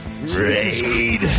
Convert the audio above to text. Raid